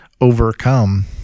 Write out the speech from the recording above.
overcome